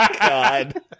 God